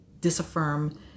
disaffirm